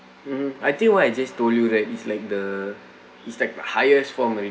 mmhmm I think what I just told you right is like the is like the highest form already